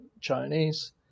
Chinese